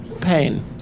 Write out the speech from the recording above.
pain